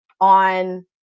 on